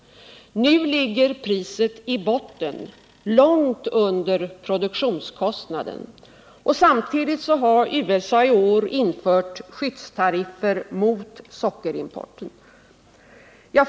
Nu ligger priset i botten, långt under produktionskostnaden. Samtidigt har USA iår infört skyddstariffer mot sockerimport.